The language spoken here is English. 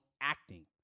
acting